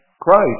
Christ